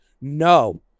no